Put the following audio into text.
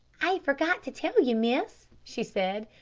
i forgot to tell you, miss, she said,